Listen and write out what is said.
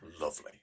lovely